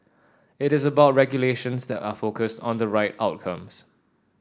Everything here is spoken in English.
it is about regulations that are focused on the right outcomes